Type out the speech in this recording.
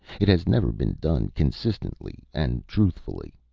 it has never been done consistently and truthfully.